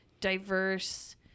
diverse